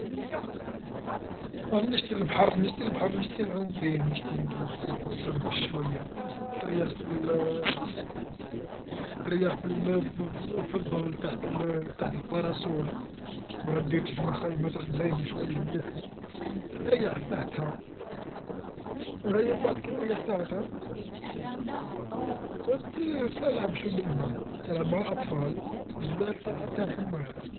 أنا نشتي لبحر نشتي لبحر، نشتي نعوم فيه نشتي نروح فيه نشمس شوية تريح فل- ترح فل- فالظل تحت تحت الباراسول ولا دير كاش ما خيمة تزين شوية مليحة تريح تحتها، وها مبعد كي تريح تحتها ت- تلعب شوي بالما، تلعب مع الأطفال، جبال الطلعة تاعهم واعرة.